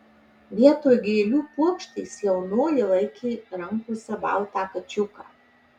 vietoj gėlių puokštės jaunoji laikė rankose baltą kačiuką